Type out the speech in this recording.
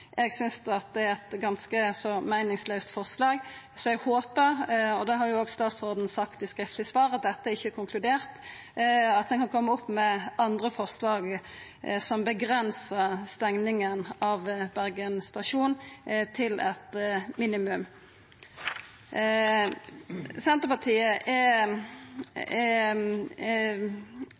Eg synest det er eit ganske så meiningslaust forslag, så eg håper – og det har jo òg statsråden sagt i skriftleg svar – at dette ikkje er konkludert, men at ein kan koma opp med andre forslag som avgrensar stenginga av Bergen stasjon til eit minimum. Senterpartiet er